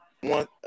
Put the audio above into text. one